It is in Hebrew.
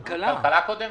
כן,